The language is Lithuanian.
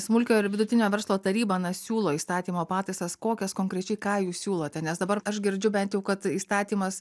smulkiojo ir vidutinio verslo taryba na siūlo įstatymo pataisas kokias konkrečiai ką jūs siūlote nes dabar aš girdžiu bent jau kad įstatymas